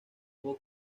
hubo